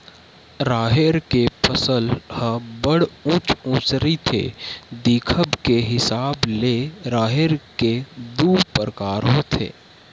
राहेर के फसल ह बड़ उँच उँच रहिथे, दिखब के हिसाब ले राहेर के दू परकार होथे